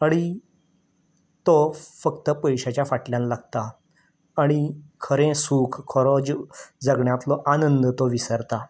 आनी तो फक्त पयशांच्या फाटल्यान लागता आनी खरें सूख खरो जगण्यांतलो आनंद तो विसरता